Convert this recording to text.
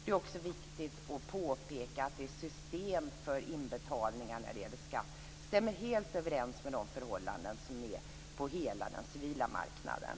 Det är också viktigt att påpeka att systemet för inbetalningar när det gäller skatt helt stämmer överens med de förhållanden som är på hela den civila marknaden.